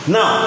Now